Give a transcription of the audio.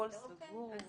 אוקיי.